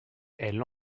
elle